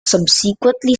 subsequently